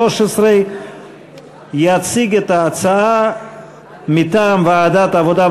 התשע"ג 2013. יציג את ההצעה מטעם ועדת העבודה,